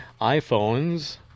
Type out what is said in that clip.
iPhones